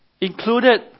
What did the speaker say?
included